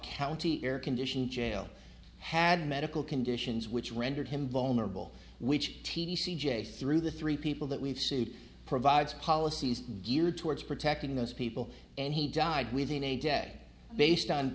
county air conditioned jail had medical conditions which rendered him vulnerable which t d c j c through the three people that we've sued provides policies geared towards protecting those people and he died within a day based on